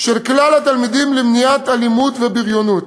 של כל התלמידים למניעת אלימות ובריונות.